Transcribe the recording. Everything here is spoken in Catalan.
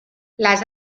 les